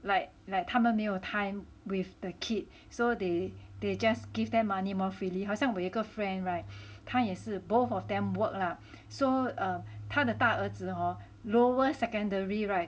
like like 他们没有 time with the kid so they they just give them money more freely 好像我有一个 friend [right] 他也是 both of them work lah so err 他的大儿子 hor lower secondary [right]